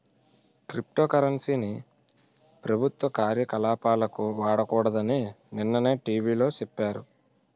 crypto currency ని ప్రభుత్వ కార్యకలాపాలకు వాడకూడదని నిన్ననే టీ.వి లో సెప్పారు